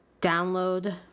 download